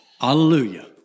Hallelujah